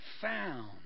found